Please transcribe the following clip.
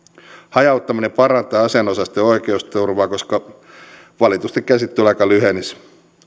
hajauttaminen parantaa asianosaisten oikeusturvaa koska valitusten käsittelyaika lyhenisi